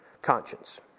conscience